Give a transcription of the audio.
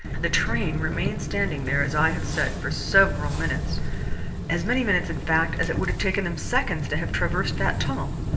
the train remained standing there, as i have said, for several minutes as many minutes, in fact, as it would have taken them seconds to have traversed that tunnel.